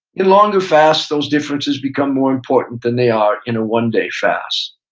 in longer fasts, those differences become more important than they are in a one day fast.